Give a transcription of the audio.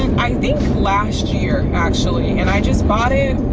i think last year actually. and i just bought it.